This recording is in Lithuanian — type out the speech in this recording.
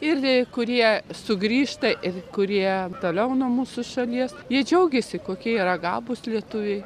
ir kurie sugrįžta ir kurie toliau nuo mūsų šalies jie džiaugiasi kokie yra gabūs lietuviai